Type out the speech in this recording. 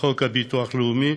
לחוק הביטוח הלאומי,